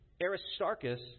Aristarchus